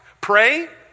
Pray